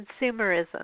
Consumerism